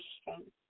strength